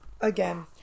again